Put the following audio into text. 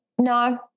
No